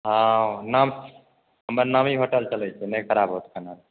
हँ नाम हमर नामी होटल चलै छै नहि खराब होत खाना